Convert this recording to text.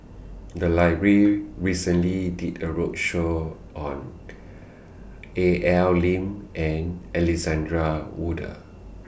The Library recently did A roadshow on A L Lim and Alexander Wolters